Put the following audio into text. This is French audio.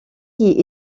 qui